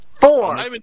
four